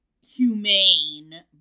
Humane